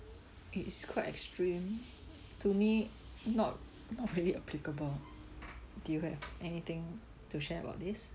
it is quite extreme to me not not really applicable do you have anything to share about this